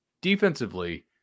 Defensively